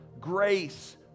grace